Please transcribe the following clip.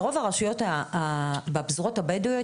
ברוב הרשויות בפזורה הבדווית,